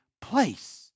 place